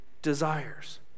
desires